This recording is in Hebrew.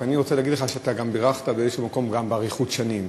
אז אני רוצה להגיד לך שאתה גם בירכת באיזשהו מקום גם באריכות שנים.